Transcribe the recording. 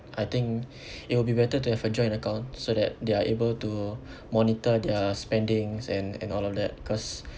I think it'll be better to have a joint account so that they are able to monitor their spendings and and all of that cause